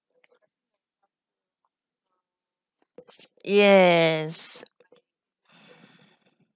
yes